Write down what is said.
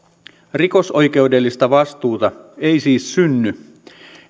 rikosoikeudellista vastuuta ei siis synny